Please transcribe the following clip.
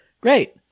great